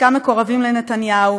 חלקם מקורבים לנתניהו,